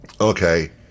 Okay